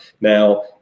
Now